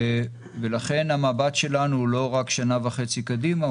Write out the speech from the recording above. לכן המבט שלנו הוא לא רק שנה וחצי קדימה,